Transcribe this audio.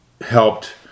helped